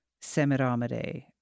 Semiramide